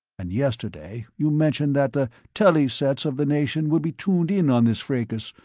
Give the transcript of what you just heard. and yesterday you mentioned that the telly sets of the nation would be tuned in on this fracas,